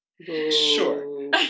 Sure